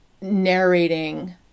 narrating